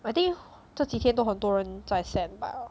I think 这几天都很多人在 send bah